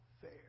fair